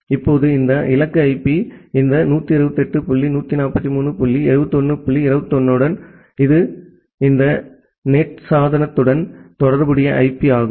இப்போது இந்த இலக்கு ஐபி இந்த 128 டாட் 143 டாட் 71 டாட் 21 உடன் இது இந்த நேட் சாதனத்துடன் தொடர்புடைய ஐபி ஆகும்